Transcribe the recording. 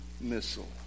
missile